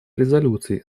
резолюций